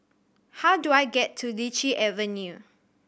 how do I get to Lichi Avenue